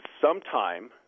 sometime